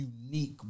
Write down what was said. unique